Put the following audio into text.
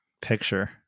picture